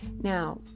now